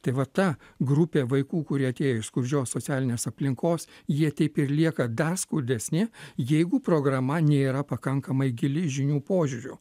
tai va ta grupė vaikų kuri atėjo iš skurdžios socialinės aplinkos jie teip ir lieka dar skaudesni jeigu programa nėra pakankamai gili žinių požiūriu